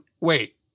wait